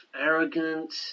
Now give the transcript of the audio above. arrogant